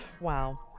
Wow